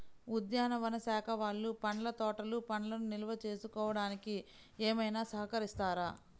ఉద్యానవన శాఖ వాళ్ళు పండ్ల తోటలు పండ్లను నిల్వ చేసుకోవడానికి ఏమైనా సహకరిస్తారా?